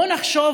בואו נחשוב.